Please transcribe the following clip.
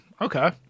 okay